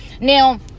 now